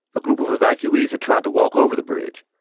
a group of evacuees had tried to walk over the bridge,